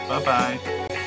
Bye-bye